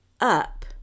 up